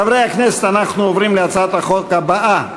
חברי הכנסת, אנחנו עוברים להצעת החוק הבאה: